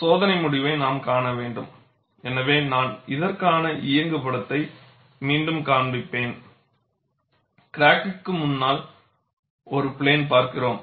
சோதனை முடிவை நாம் காண வேண்டும் எனவே நான் இதற்கான இயங்குபடத்தை மீண்டும் காண்பிப்பேன் கிராகிற்கு முன்னால் ஒரு பிளேன் பார்க்கிறோம்